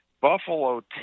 Buffalo